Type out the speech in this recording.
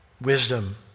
wisdom